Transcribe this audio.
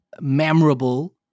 memorable